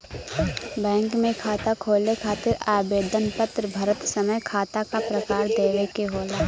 bank में खाता खोले खातिर आवेदन पत्र भरत समय खाता क प्रकार देवे के होला